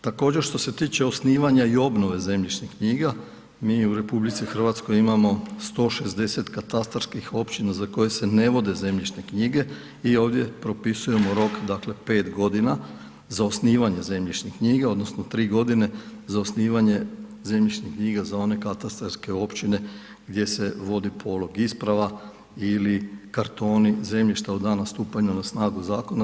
Također, što se tiče osnivanja i obnove zemljišnih knjiga mi u RH imamo 160 katastarskih općina za koje se ne vode zemljišne knjige i ovdje propisujemo rok, dakle 5 godina za osnivanje zemljišnih knjiga odnosno 3 godine za osnivanje zemljišnih knjiga za one katastarske općine gdje se vodi polog isprava ili kartoni zemljišta od dana stupanja na snagu zakona.